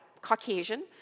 Caucasian